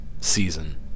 season